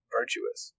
virtuous